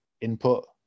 input